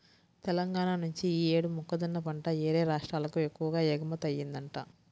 తెలంగాణా నుంచి యీ యేడు మొక్కజొన్న పంట యేరే రాష్ట్రాలకు ఎక్కువగా ఎగుమతయ్యిందంట